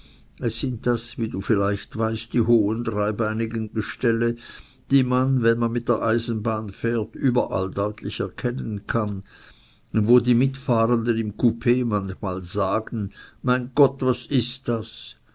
es sind das wie du vielleicht weißt die hohen dreibeinigen gestelle die man wenn man mit der eisenbahn fährt überall deutlich erkennen kann und wo die mitfahrenden im coup jedesmal fragen mein gott was ist das